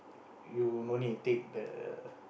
you no need take the